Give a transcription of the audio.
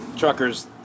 Truckers